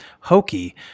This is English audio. hokey